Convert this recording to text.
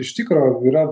iš tikro yra